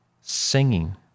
singing